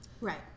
Right